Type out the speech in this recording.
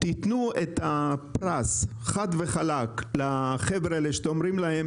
תתנו את הפרס חד וחלק לחבר'ה האלה שאתם אומרים להם